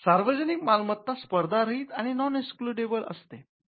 सार्वजनिक मालमत्ता स्पर्धारहित आणि नॉन एक्सक्लूडेबल वगळणे रहित असते